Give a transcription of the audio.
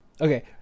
okay